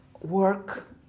work